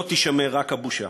לו תישמר רק הבושה.